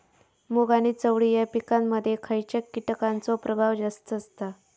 मूग आणि चवळी या पिकांमध्ये खैयच्या कीटकांचो प्रभाव जास्त असता?